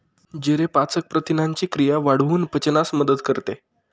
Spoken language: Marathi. जिरे पाचक प्रथिनांची क्रिया वाढवून पचनास मदत करते